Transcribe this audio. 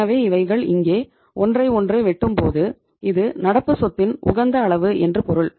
எனவே இவைகள் இங்கே ஒன்றை ஒன்று வெட்டும் போது இது நடப்பு சொத்தின் உகந்த அளவு என்று பொருள்